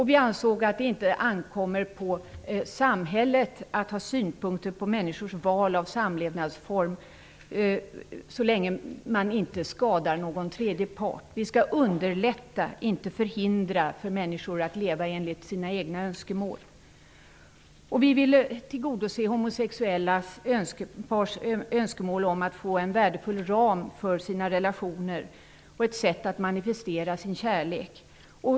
Vi anser att det inte ankommer på samhället att ha synpunkter på människors val av samlevnadsform, så länge någon tredje part inte skadas. Vi skall underlätta för människor att leva enligt sina egna önskemål; vi skall inte hindra dem från det. Vi vill tillgodse homosexulla pars önskemål om att få en värdefull ram för sina relationer och ett sätt att manifestera sin kärlek på.